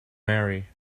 marry